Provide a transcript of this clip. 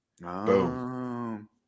Boom